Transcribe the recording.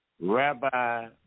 Rabbi